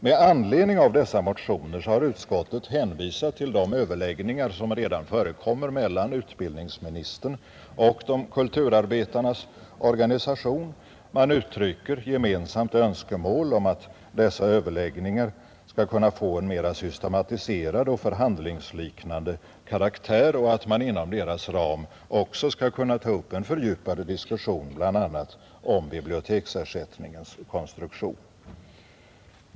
Med anledning av dessa motioner har utskottet hänvisat till de överläggningar som redan förekommer mellan utbildningsministern och kulturarbetarnas organisation. Man uttrycker gemensamt önskemål om att dessa överläggningar skall kunna få en mera systematiserad och förhandlingsliknande karaktär och att man inom deras ram också skall kunna ta upp en fördjupad diskussion bl.a. om biblioteksersättningens konstruktion.